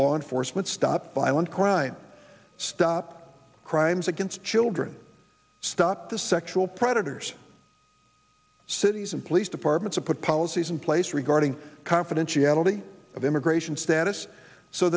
law enforcement stop violent crimes stop crimes against children stop the sexual predators cities and police departments or put policies in place regarding confidentiality of immigration status so